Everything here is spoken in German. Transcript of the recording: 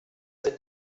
sind